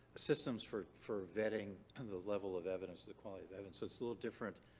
systems for for vetting and the level of evidence to the quality of evidence. so it's a little different.